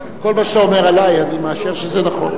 כל מה שאתה אומר עלי, אני מאשר שזה נכון.